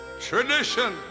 tradition